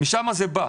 משם זה בא.